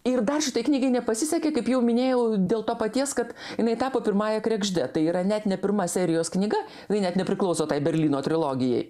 ir dar šitai knygai nepasisekė kaip jau minėjau dėl to paties kad jinai tapo pirmąja kregžde tai yra net ne pirma serijos knyga jinai net nepriklauso tai berlyno trilogijai